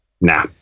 nah